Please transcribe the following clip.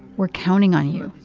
we're counting on you.